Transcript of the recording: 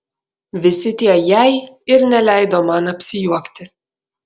visi tie jei ir neleido man apsijuokti